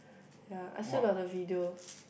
ya I still got the video